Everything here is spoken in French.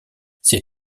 ses